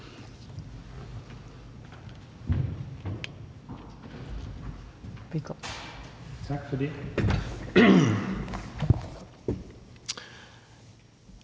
Tak for det.